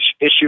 issue